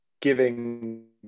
giving